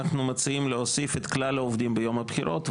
אנחנו מציעים להוסיף את כלל העובדים ביום הבחירות,